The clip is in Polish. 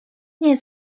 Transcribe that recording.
nie